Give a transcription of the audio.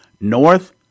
North